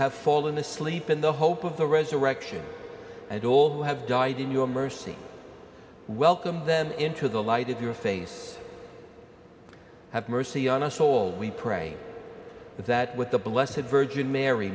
have fallen asleep in the hope of the resurrection and all who have died in your mercy welcomed them into the light of your face have mercy on us all we pray that with the blessing virgin mary